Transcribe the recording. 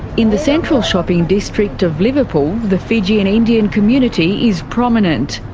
in the central shopping district of liverpool, the fijian indian community is prominent,